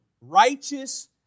righteous